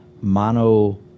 Mono